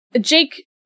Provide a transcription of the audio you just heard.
jake